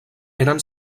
eren